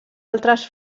altres